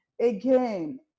again